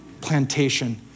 plantation